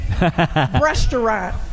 restaurant